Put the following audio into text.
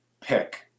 pick